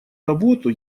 работу